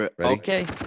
Okay